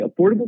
affordable